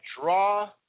draw